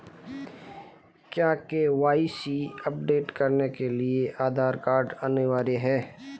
क्या KYC update करने के लिए आधार कार्ड अनिवार्य है?